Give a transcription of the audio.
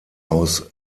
aus